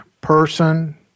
person